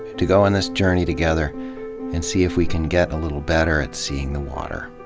to go on this journey together and see if we can get a little better at seeing the water.